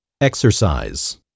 Exercise